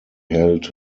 held